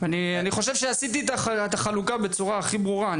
אני חושבת שעשיתי את החלוקה בצורה הכי ברורה.